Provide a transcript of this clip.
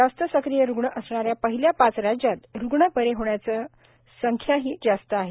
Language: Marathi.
जास्त सक्रिय रुग्ण असणाऱ्या पहिल्या पाच राज्यात रुग्ण बरे होण्याची संख्याही जास्त आहे